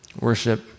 worship